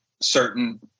certain